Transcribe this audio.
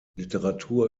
literatur